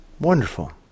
Wonderful